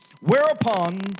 Whereupon